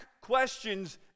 questions